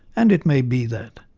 and it may be that.